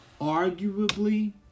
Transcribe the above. arguably